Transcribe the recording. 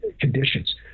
conditions